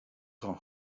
grand